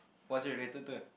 what's it related to